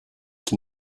qui